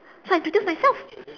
so I introduced myself